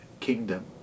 kingdom